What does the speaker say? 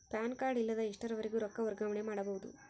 PAN card ಇಲ್ಲದ ಎಷ್ಟರವರೆಗೂ ರೊಕ್ಕ ವರ್ಗಾವಣೆ ಮಾಡಬಹುದು?